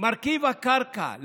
מרכיב הקרקע,